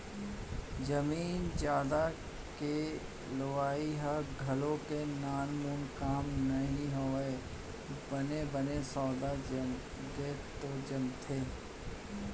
जमीन जघा के लेवई ह घलोक नानमून काम नोहय बने बने सौदा जमगे त जमगे